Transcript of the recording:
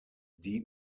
die